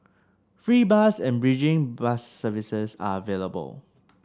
free bus and bridging bus services are available